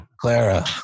Clara